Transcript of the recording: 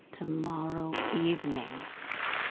to-morrow evening!